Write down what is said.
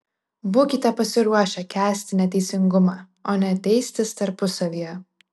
būkite pasiruošę kęsti neteisingumą o ne teistis tarpusavyje